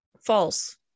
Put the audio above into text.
False